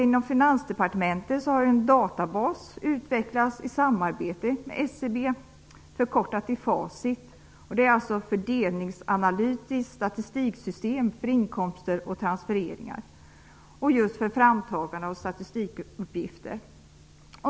Inom Finansdepartementet har en databas utvecklats i samarbete med SCB - FASIT - för framtagande av statistikuppgifter.